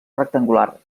rectangular